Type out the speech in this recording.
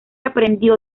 aprendió